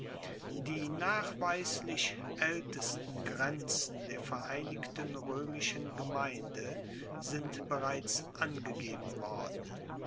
die nachweislich aeltesten grenzen der vereinigten roemischen gemeinde sind bereits angegeben worden